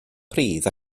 pridd